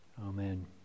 Amen